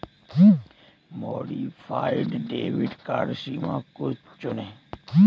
modified debit card सीमा को चुनें